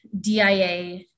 DIA